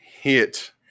hit